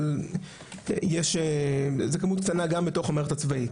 אבל זאת כמות קטנה גם בתוך המערכת הצבאית.